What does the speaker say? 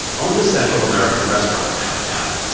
owns a central american restaurant downtown.